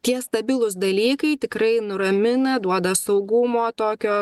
tie stabilūs dalykai tikrai nuramina duoda saugumo tokio